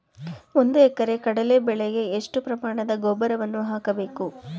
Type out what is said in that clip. ಒಂದು ಎಕರೆ ಕಡಲೆ ಬೆಳೆಗೆ ಎಷ್ಟು ಪ್ರಮಾಣದ ಗೊಬ್ಬರವನ್ನು ಹಾಕಬೇಕು?